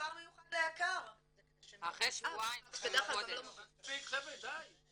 דבר מיוחד ליק"ר ----- מספיק חבר'ה די.